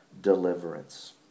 deliverance